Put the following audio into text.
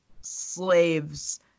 slaves